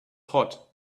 hot